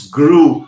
grew